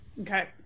Okay